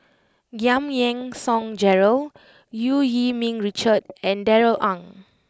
Giam Yean Song Gerald Eu Yee Ming Richard and Darrell Ang